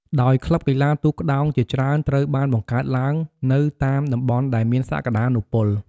ដោយក្លឹបកីឡាទូកក្ដោងជាច្រើនត្រូវបានបង្កើតឡើងនៅតាមតំបន់ដែលមានសក្ដានុពល។